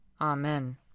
Amen